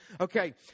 Okay